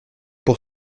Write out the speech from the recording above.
pour